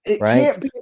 right